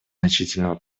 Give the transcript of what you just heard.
значительного